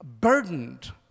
burdened